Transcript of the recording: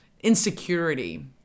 insecurity